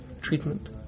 treatment